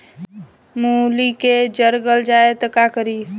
मूली के जर गल जाए त का करी?